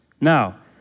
Now